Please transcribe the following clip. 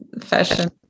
fashion